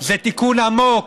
זה תיקון עמוק,